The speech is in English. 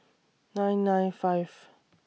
nine nine five